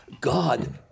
God